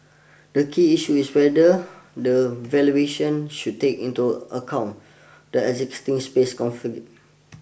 the key issue is whether the valuation should take into account the existing space configure